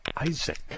isaac